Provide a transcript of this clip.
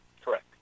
correct